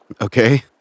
Okay